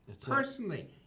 personally